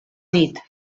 nit